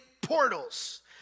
portals